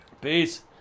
peace